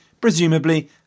presumably